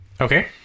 Okay